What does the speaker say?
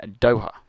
Doha